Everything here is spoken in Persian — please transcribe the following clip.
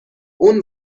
اون